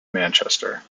manchester